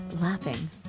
laughing